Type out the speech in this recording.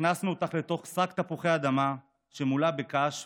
הכנסנו אותך לתוך שק תפוחי אדמה שמולא בקש,